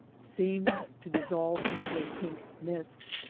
seemed to dissolve into a pink mist!